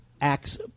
Acts